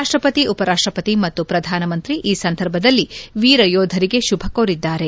ರಾಷ್ಟಪತಿ ಉಪರಾಷ್ಟಪತಿ ಮತ್ತು ಪ್ರಧಾನಮಂತ್ರಿ ಈ ಸಂದರ್ಭದಲ್ಲಿ ವೀರಯೋಧರಿಗೆ ಶುಭ ಕೋರಿದ್ದಾರೆ